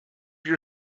your